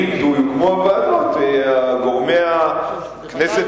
אם יוקמו הוועדות, גורמי הכנסת,